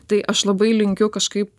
tai aš labai linkiu kažkaip